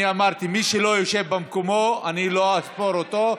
אני אמרתי: מי שלא יושב במקומו אני לא אספור אותו.